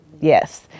Yes